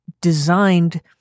designed